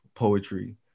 poetry